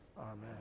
Amen